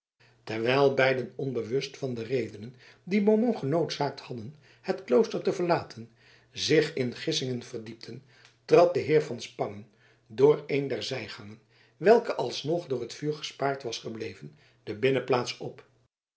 terwijl beiden onbewust van de redenen die beaumont genoodzaakt hadden het klooster te verlaten zich in gissingen verdiepten trad de heer van spangen door een der zijgangen welke alsnog door het vuur gespaard was gebleven de binnenplaats op